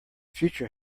future